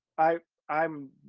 i i'm,